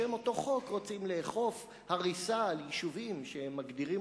בשם אותו חוק רוצים לאכוף הריסה של יישובים שהם מגדירים